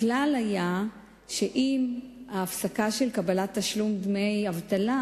הכלל היה שעם ההפסקה של קבלת תשלום דמי אבטלה,